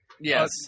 Yes